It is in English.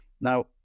Now